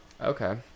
okay